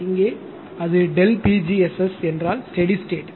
இங்கே அது Δ〖P g〗SS என்றால் ஸ்டெடி ஸ்டேட்